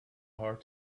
hard